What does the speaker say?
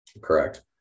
Correct